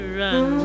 run